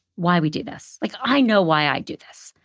why we do this. like, i know why i do this.